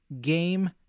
game